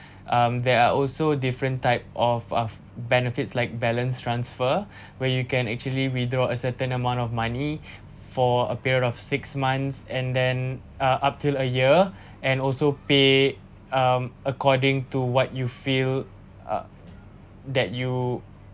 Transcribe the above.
um there are also different type of of benefits like balance transfer where you can actually withdraw a certain amount of money for a period of six months and then uh up till a year and also pay um according to what you feel ugh that you